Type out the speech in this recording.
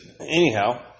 Anyhow